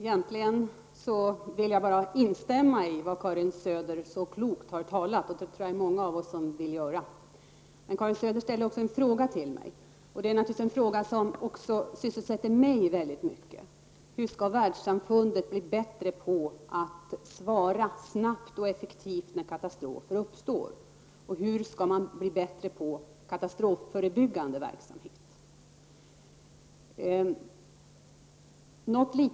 Herr talman! Jag vill instämma i vad Karin Söder så klokt har sagt. Jag tror att det är många av oss som vill göra det. Karin Söder ställde en fråga till mig. Det är naturligtvis en fråga som också sysselsätter mig mycket. Hur skall världssamfundet bli bättre på att svara snabbt och effektivt när katastrofer uppstår? Hur skall samfundet bli bättre på katastrofförebyggande verksamhet?